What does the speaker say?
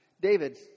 David